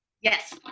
Yes